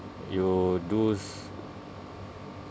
you do s~